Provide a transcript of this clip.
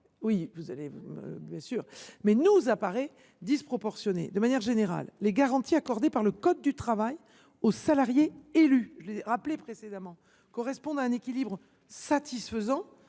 d’élu local nous paraît disproportionné. De manière générale, les garanties accordées par le code du travail aux salariés élus – je les ai rappelées précédemment – correspondent à un équilibre satisfaisant